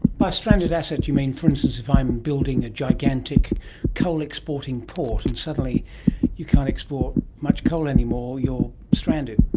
by stranded asset you mean, for instance, if i'm the building a gigantic coal exporting port and suddenly you can't export much coal anymore, you are stranded.